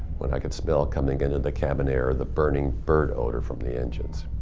what i could smell coming into the cabin air, the burning bird odor from the engines.